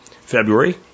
February